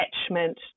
attachment